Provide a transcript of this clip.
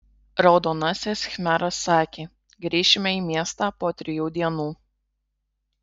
raudonasis khmeras sakė grįšime į miestą po trijų dienų